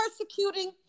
persecuting